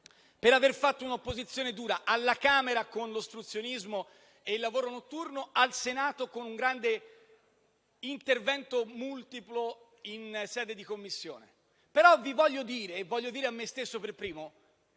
per aver fatto un'opposizione dura, alla Camera con l'ostruzionismo e il lavoro notturno, al Senato con grande intervento multiplo in sede di Commissione. Però vi voglio dire - e voglio dire a me stesso per primo